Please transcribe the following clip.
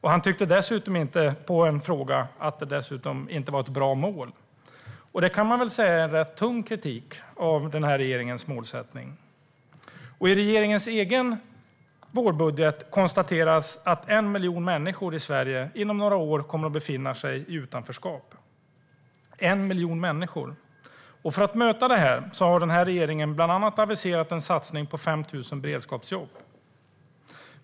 Han tyckte dessutom inte - på en fråga - att det var ett bra mål. Det kan man väl säga är rätt tung kritik av den här regeringens målsättning. I regeringens egen vårbudget konstateras att 1 miljon människor i Sverige inom några år kommer att befinna sig i utanförskap - 1 miljon människor! För att möta det har den här regeringen bland annat aviserat en satsning på 5 000 beredskapsjobb.